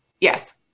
Yes